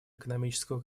экономического